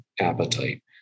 appetite